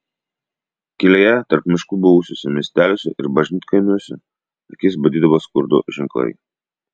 kelyje tarp miškų buvusiuose miesteliuose ir bažnytkaimiuose akis badydavo skurdo ženklai